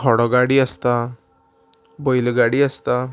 घोडो गाडी आसता बैल गाडी आसता